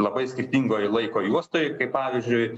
labai skirtingoj laiko juostoj kaip pavyzdžiui